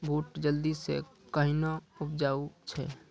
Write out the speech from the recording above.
बूट जल्दी से कहना उपजाऊ छ?